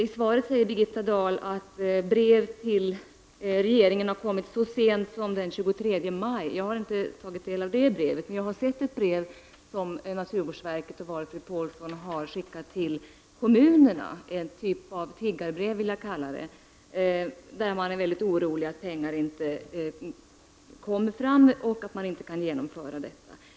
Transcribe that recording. I svaret säger Birgitta Dahl att brev i ärendet har kommit till regeringen så sent som den 23 maj. Jag har inte tagit del av det brevet, men jag har sett ett brev som naturvårdsverket och Valfrid Paulsson har skickat till kommunerna — ett slags tiggarbrev, vill jag kalla det. Man uttrycker där sin oro för att pengar inte skall komma fram och för att man inte skall kunna genomföra projektet.